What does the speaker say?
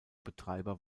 betreiber